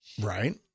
Right